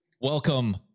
Welcome